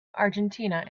argentina